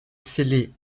selle